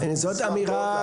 נשמח מאוד להקבלה הזאת.